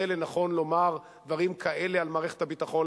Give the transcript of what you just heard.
לנכון לומר דברים כאלה על מערכת הביטחון,